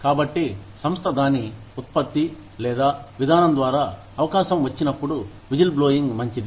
కాబట్టి సంస్థ దాని ఉత్పత్తి లేదా విధానం ద్వారా అవకాశం వచ్చినప్పుడు విజిల్బ్లోయింగ్ మంచిది